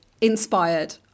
inspired